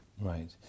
Right